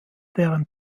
deren